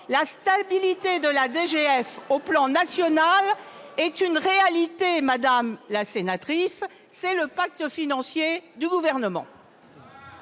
La stabilité de la DGF au plan national est une réalité, madame la sénatrice. C'est le pacte financier du Gouvernement